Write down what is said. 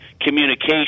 communication